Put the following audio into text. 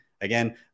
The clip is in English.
again